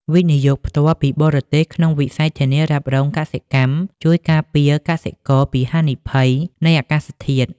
វិនិយោគផ្ទាល់ពីបរទេស ក្នុងវិស័យធានារ៉ាប់រងកសិកម្ម ជួយការពារកសិករពីហានិភ័យនៃអាកាសធាតុ។